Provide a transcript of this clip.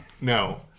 No